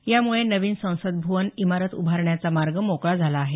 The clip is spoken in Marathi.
यामुळे नवीन संसद भवन इमारत उभारण्याचा मार्ग मोकळा झाला आहे